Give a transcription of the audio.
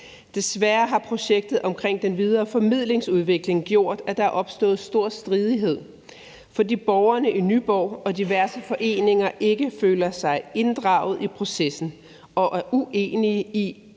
Desværre har projektet omkring den videre formidlingsudvikling gjort, at der er opstået stor stridighed, fordi borgerne i Nyborg og diverse foreninger ikke føler sig inddraget i processen og er uenige med en